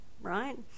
right